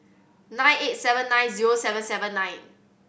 nine eight seven nine zero seven seven nine